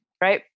Right